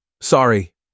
Sorry